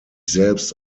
selbst